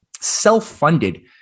self-funded